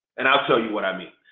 and i'll tell you what i mean.